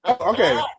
okay